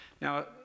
Now